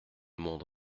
monde